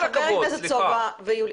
איתן וחבר הכנסת סובה ויוליה,